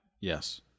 Yes